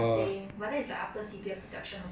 like sing~ singapore is so